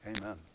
Amen